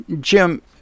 Jim